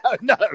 no